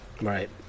Right